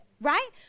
right